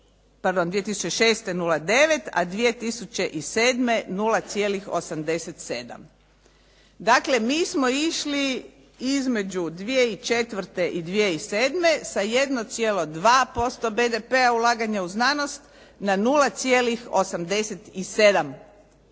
pardon 2006. 0.9% a 2007. 0,87%. Dakle, mi smo išli između 2004. i 2007. sa 1,2% BDP-a ulaganja u znanost na 0,87%